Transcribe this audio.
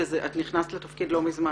נכנסת לתפקיד לא מזמן.